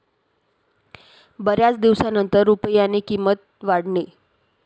बराच दिवसनंतर रुपयानी किंमत वाढनी